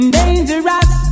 Dangerous